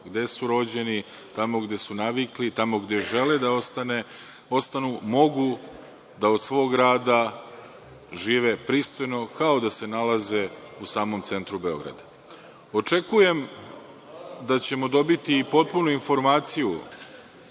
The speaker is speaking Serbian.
gde su rođeni, tamo gde su navikli, tamo gde žele da ostanu, mogu da od svog rada žive pristojno, kao da se nalaze u samom centru Beograda. Očekujem da ćemo dobiti potpunu informaciju